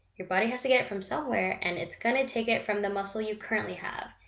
your body has to get it from somewhere, and it's gonna take it from the muscle you currently have,